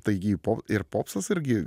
taigi ir ir popsas irgi